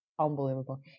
unbelievable